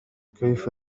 كيف